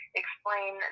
explain